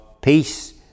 peace